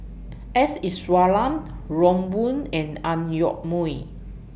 S Iswaran Ron Wong and Ang Yoke Mooi